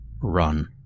run